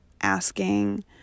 asking